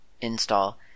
install